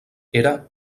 era